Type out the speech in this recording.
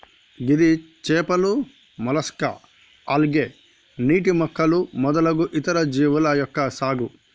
ఇది చేపలు, mollusca, algae, నీటి మొక్కలు మొదలగు ఇతర జీవుల యొక్క సాగు